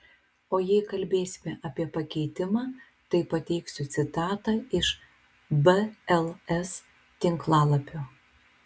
o jei kalbėsime apie pakeitimą tai pateiksiu citatą iš bls tinklalapio